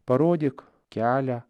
parodyk kelią